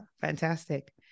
fantastic